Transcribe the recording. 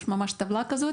יש ממש טבלה כזאת,